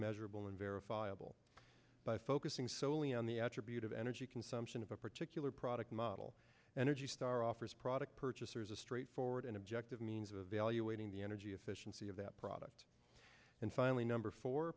measurable and verifiable by focusing solely on the attribute of energy consumption of a particular product model energy star offers product purchasers a straightforward and objective means of evaluating the energy efficiency of that product and finally number four